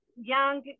young